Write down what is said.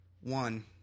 One